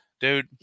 dude